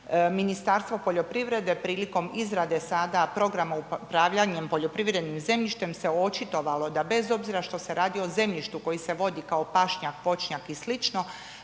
Ministarstvo poljoprivrede prilikom izrade sada programa upravljanjem poljoprivrednim zemljištem se očitovalo da bez obzira što se radi o zemljištu koji se vodi kao pašnjak, voćnjak i